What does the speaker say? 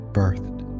birthed